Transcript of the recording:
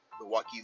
Milwaukee